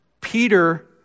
Peter